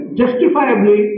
justifiably